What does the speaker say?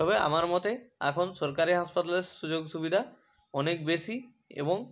তবে আমার মতে এখন সরকারি হাসপাতালের সুযোগ সুবিধা অনেক বেশি এবং